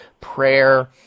prayer